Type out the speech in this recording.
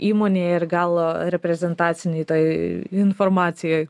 įmonėje ir gal reprezentacinėj toj informacijoj